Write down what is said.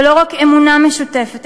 ולא רק אמונה משותפת,